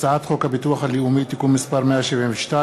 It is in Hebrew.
הצעת חוק הביטוח הלאומי (תיקון מס' 172),